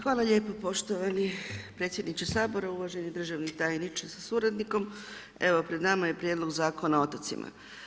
Hvala lijepo poštovani predsjedniče Sabora, uvaženi državni tajniče sa suradnikom Evo pred nama je Prijedlog Zakona o otocima.